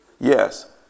Yes